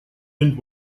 and